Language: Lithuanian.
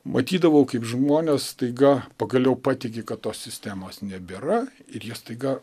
matydavau kaip žmonės staiga pagaliau patiki kad tos sistemos nebėra ir jie staiga